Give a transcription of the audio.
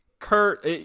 Kurt